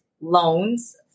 loans